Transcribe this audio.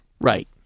Right